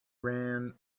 ran